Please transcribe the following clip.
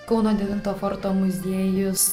kauno devinto forto muziejus